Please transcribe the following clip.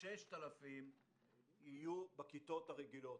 ו-6,000 יהיו בכיתות הרגילות.